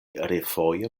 refoje